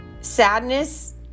sadness